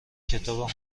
کتاب